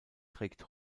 trägt